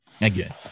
again